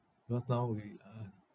because now we are